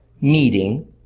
meeting